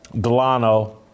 Delano